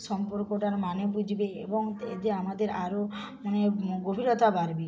সম্পর্কটার মানে বুঝবে এবং এতে আমাদের আরও মানে গভীরতা বাড়বে